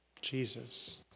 Jesus